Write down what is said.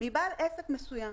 מבעל עסק מסוים.